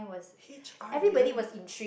H_R didn't